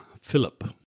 Philip